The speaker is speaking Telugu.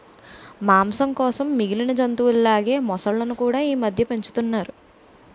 మాంసం కోసం మిగిలిన జంతువుల లాగే మొసళ్ళును కూడా ఈమధ్య పెంచుతున్నారు